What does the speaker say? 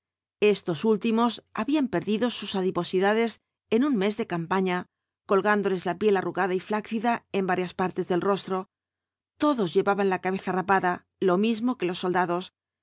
estos últimos habían perdido sus adiposidades en un mes de campaña colgándoles la piel arrugada y flácida en varias partes del rostro todos llevaban la cabeza rapada lo mismo que los soldados